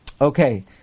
Okay